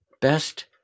best